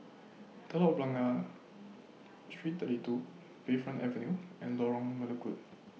Telok Blangah Street thirty two Bayfront Avenue and Lorong Melukut